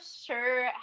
sure